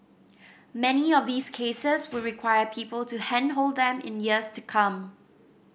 many of these cases would require people to handhold them in years to come